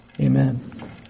amen